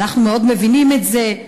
אנחנו מאוד מבינים את זה,